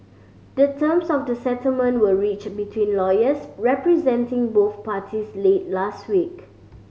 the terms of the settlement were reached between lawyers representing both parties late last week